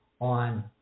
on